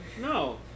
No